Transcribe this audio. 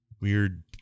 weird